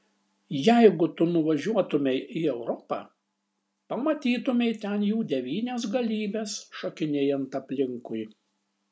jeigu tu nuvažiuotumei į europą pamatytumei ten jų devynias galybes šokinėjant aplinkui